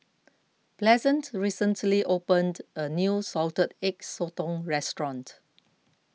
Pleasant recently opened a new Salted Egg Sotong restaurant